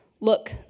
Look